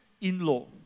in-law